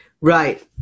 Right